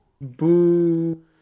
Boo